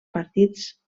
partits